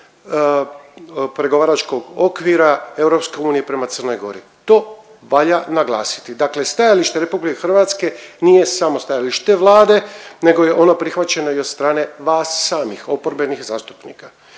pregovaračkog okvira EU prema Crnoj Gori, to valja naglasiti. Dakle stajalište RH nije samo stajalište Vlade nego je ono prihvaćeno i od strane vas samih, oporbenih zastupnika.